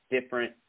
different